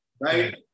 right